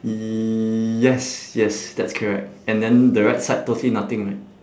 yes yes that's correct and then the right side totally nothing right